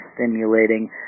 stimulating